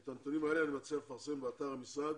את הנתונים האלה אני מציע לפרסם באתר המשרד